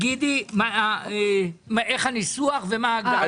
תגידי, איך הניסוח ומהי ההגדרה?